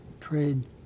trade